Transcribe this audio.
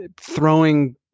throwing